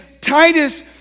Titus